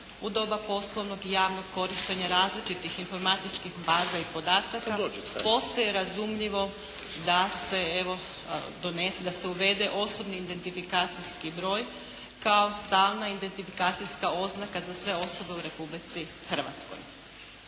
u doba poslovnog i javnog korištenja različitih informatičkih baza i podataka posve je razumljivo da se evo donese, da se uvede osobni identifikacijski broj, kao stalna identifikacijska oznaka za sve osobe u Republici Hrvatskoj.